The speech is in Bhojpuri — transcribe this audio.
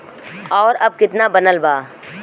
और अब कितना बनल बा?